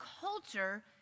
culture